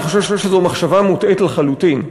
אני חושב שזאת מחשבה מוטעית לחלוטין,